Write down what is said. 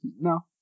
No